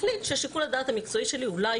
מחליט ששיקול הדעת המקצועי שלי אולי